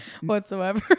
whatsoever